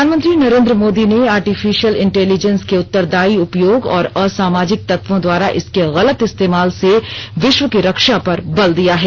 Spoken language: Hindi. प्रधानमंत्री नरेन्द्र मोदी ने आर्टिफिशियल इंटेलिजेंस के उत्तरदायी उपयोग और असामाजिक तत्वों द्वारा इसके गलत इस्तेमाल से विश्व की रक्षा पर बल दिया है